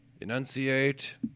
enunciate